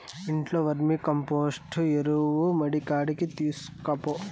ఇంట్లో వర్మీకంపోస్టు ఎరువు మడికాడికి తీస్కపో